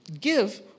give